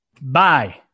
bye